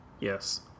Yes